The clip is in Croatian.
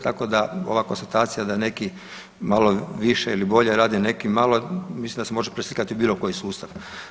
Tako da ova konstatacija da neki malo više ili bolje rade neki malo mislim da se može preslikati u bilo koji sustav.